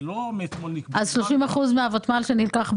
למה לא לקבוע 30,000 כדי שיהיה יותר